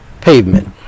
pavement